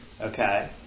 Okay